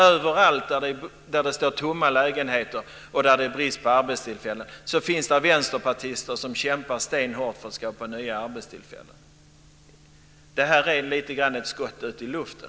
Överallt där det står tomma lägenheter och där det är brist på arbetstillfällen finns det vänsterpartister som kämpar stenhårt för att skapa nya arbetstillfällen. Det är lite grann ett skott ut i luften.